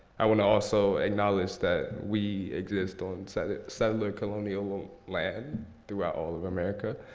i want to also acknowledge that we exist on set settler colonial land throughout all of america.